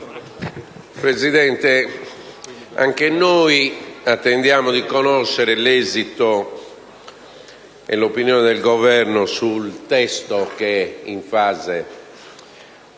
Presidente, anche noi attendiamo di conoscere l'opinione del Governo sul testo che è in fase di